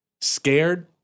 scared